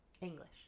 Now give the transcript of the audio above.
English